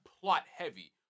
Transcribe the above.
plot-heavy